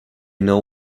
know